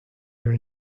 your